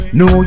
no